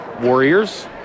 Warriors